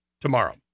tomorrow